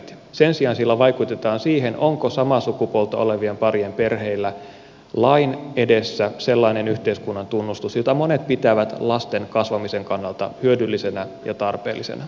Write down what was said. sen sijaan sillä vaikutetaan siihen onko samaa sukupuolta olevien parien perheillä lain edessä sellainen yhteiskunnan tunnustus jota monet pitävät lasten kasvamisen kannalta hyödyllisenä ja tarpeellisena